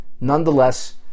nonetheless